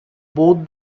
both